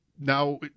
now